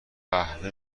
قهوه